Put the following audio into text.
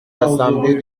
l’assemblée